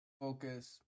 Focus